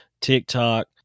TikTok